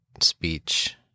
speech